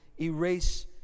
erase